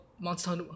Monster